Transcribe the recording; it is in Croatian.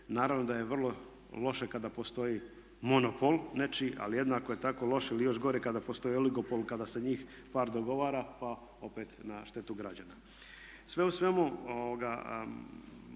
naravno da je vrlo loše kada postoji monopol nečiji ali jednako je tako loše ili još gore kada postoji oligopol kada se njih par dogovara pa opet na štetu građana. Sve u svemu